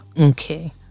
Okay